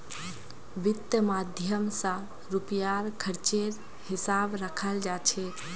वित्त माध्यम स रुपयार खर्चेर हिसाब रखाल जा छेक